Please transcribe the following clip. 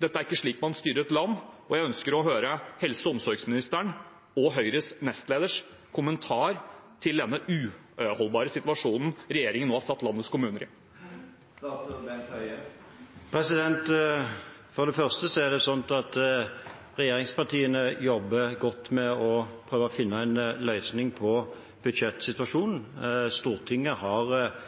Dette er ikke slik man styrer et land. Jeg ønsker å høre helse- og omsorgsministerens og Høyres nestleders kommentar til denne uholdbare situasjonen regjeringen nå har satt landets kommuner i. For det første er det slik at regjeringspartiene jobber godt med å prøve å finne en løsning på budsjettsituasjonen. Stortinget har